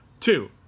Two